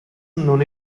non